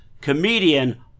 comedian